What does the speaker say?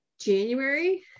January